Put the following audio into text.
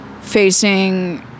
facing